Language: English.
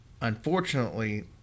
Unfortunately